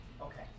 Okay